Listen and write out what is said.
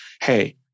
hey